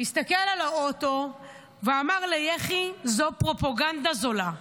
הסתכל על האוטו ואמר ליחי: זו פרופגנדה זולה.